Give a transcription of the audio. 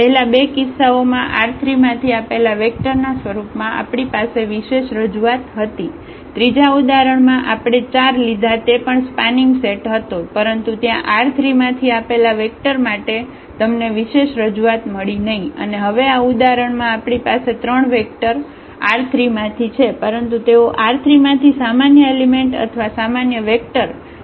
પહેલા બે કિસ્સાઓમાં R3 માંથી આપેલા વેક્ટર ના સ્વરૂપમાં આપણી પાસે વિશેષ રજૂઆત હતી ત્રીજા ઉદાહરણ માં આપણે 4 લીધા તે પણ સ્પાનિંગ સેટ હતો પરંતુ ત્યાં R3 માંથી આપેલા વેક્ટર માટે તમને વિશેષ રજૂઆત મળી નહિ અને હવે આ ઉદાહરણ માં આપણી પાસે ત્રણ વેક્ટર R3 માંથી છે પરંતુ તેઓ R3 માંથી સામાન્ય એલિમેન્ટ અથવા સામાન્ય વેક્ટર ને રજુ કરવામાં સક્ષમ નથી